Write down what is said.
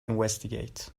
investigate